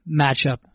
matchup